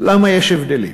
למה יש הבדלים.